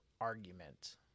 argument